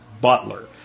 Butler